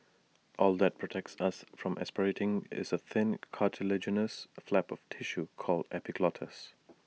all that protects us from aspirating is A thin cartilaginous flap of tissue called the epiglottis